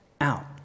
out